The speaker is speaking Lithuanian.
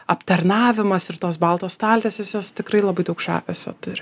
aptarnavimas ir tos baltos staltiesės jos tikrai labai daug žavesio turi